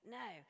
no